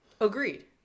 agreed